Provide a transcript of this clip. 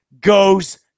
goes